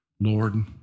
Lord